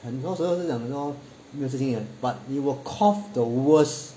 很多时候是讲说没有事情 but you will cough the worse